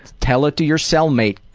tell it to your cellmate.